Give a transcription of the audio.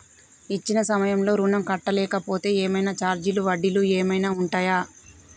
ఇచ్చిన సమయంలో ఋణం కట్టలేకపోతే ఏమైనా ఛార్జీలు వడ్డీలు ఏమైనా ఉంటయా?